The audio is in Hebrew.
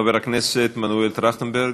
חבר הכנסת מנואל טרכטנברג,